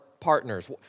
partners